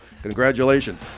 Congratulations